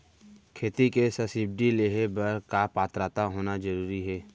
खेती के सब्सिडी लेहे बर का पात्रता होना जरूरी हे?